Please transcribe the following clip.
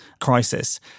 crisis